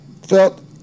felt